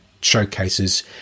showcases